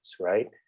right